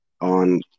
on